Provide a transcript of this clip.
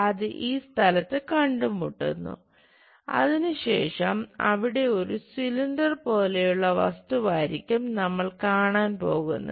അത് ഈ സ്ഥലത്ത് കണ്ടുമുട്ടുന്നു അതിനുശേഷം അവിടെ ഒരു സിലിണ്ടർ പോലെയുള്ള വസ്തുവായിരിക്കാം നമ്മൾ കാണാൻ പോകുന്നത്